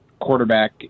quarterback